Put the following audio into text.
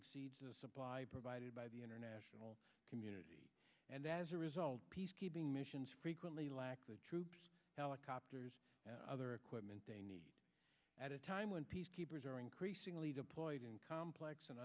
exceeds the supply provided by the international community and as a result peacekeeping missions frequently lack the troops helicopters and other equipment they need at a time when peacekeepers are increasingly deployed in complex and